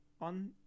on